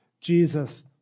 Jesus